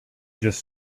just